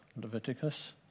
Leviticus